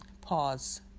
Pause